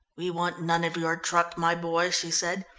we want none of your truck, my boy, she said.